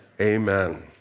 Amen